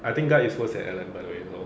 I think guard is worst than I am the label